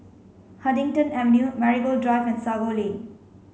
Huddington Avenue Marigold Drive and Sago Lane